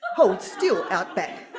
holds still outback.